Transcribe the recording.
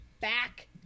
back